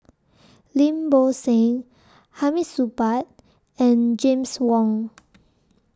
Lim Bo Seng Hamid Supaat and James Wong